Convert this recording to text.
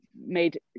made